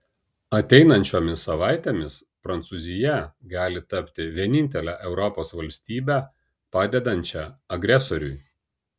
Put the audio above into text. ateinančiomis savaitėmis prancūzija gali tapti vienintele europos valstybe padedančia agresoriui